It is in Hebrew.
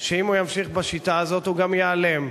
שאם הוא ימשיך בשיטה הזאת הוא גם ייעלם.